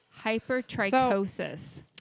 hypertrichosis